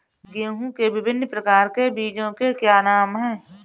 गेहूँ के विभिन्न प्रकार के बीजों के क्या नाम हैं?